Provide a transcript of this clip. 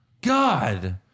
God